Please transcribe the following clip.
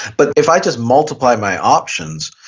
but if i just multiply my options,